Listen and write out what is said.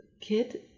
kid